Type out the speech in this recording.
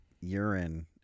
urine